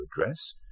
address